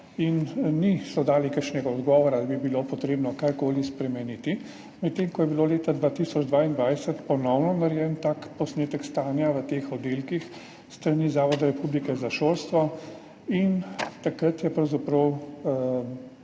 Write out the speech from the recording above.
in niso dali kakšnega odgovora, da bi bilo potrebno karkoli spremeniti, medtem ko je bil leta 2022 ponovno narejen tak posnetek stanja v teh oddelkih s strani Zavoda Republike Slovenije za šolstvo. Takrat je pravzaprav